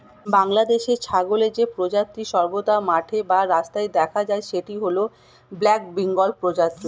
বাংলাদেশে ছাগলের যে প্রজাতি সর্বদা মাঠে বা রাস্তায় দেখা যায় সেটি হল ব্ল্যাক বেঙ্গল প্রজাতি